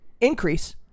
Increase